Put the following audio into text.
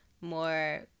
more